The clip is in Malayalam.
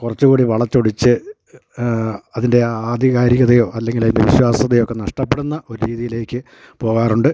കുറച്ചുകൂടി വളച്ചൊടിച്ച് അതിൻ്റെ ആധികാരികതയോ അല്ലെങ്കിലതിൻ്റെ വിശ്വാസ്യതയൊക്കെ നഷ്ടപ്പെടുന്ന ഒരു രീതിയിലേക്ക് പോവാറുണ്ട്